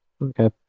Okay